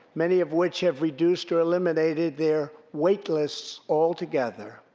many of which have reduced or eliminated their waitlists altogether.